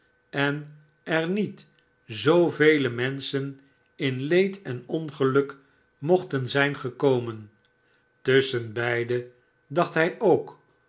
en er met zoovele menschen in leed en ongeluk mochten zijn gekomen tusschenbeide dacht hij ook